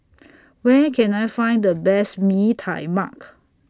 Where Can I Find The Best Mee Tai Mak